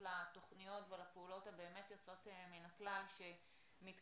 לתוכניות ולפעולות באמת היוצאות מן הכלל שמתקיימות